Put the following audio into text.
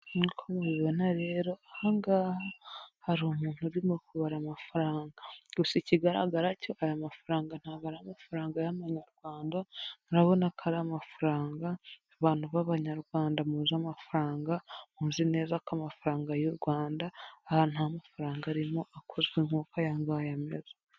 Nkuko mubibona rero ahangahangaha hari umuntu urimo kubara amafaranga gusa ikigaragara cyo aya mafaranga ntago ari amafaranga y'amanyarwanda murabona ko ari amafaranga abantu b'abanyarwanda muzi amafaranga muzi neza ko amafaranga y'u rwanda ahantu mafaranga arimo ako nkuko ayangaya ameze.